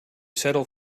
settled